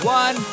one